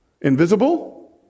Invisible